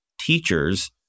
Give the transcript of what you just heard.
teachers